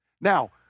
Now